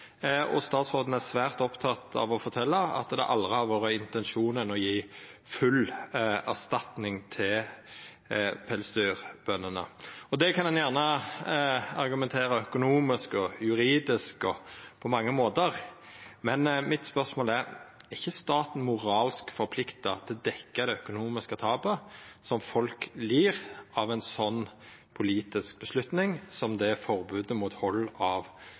og statsråden er svært oppteken av å fortelja at det aldri har vore intensjonen å gje full erstatning til pelsdyrbøndene. Det kan ein gjerne argumentera for økonomisk, juridisk og på mange måtar, men mitt spørsmål er: Er ikkje staten moralsk forplikta til å dekkja det økonomiske tapet som folk lir på grunn av ei politisk avgjerd, som det forbodet mot hald av